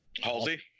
Halsey